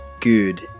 good